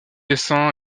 dessins